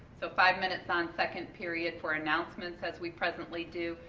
so, five minutes on second period for announcements as we presently do,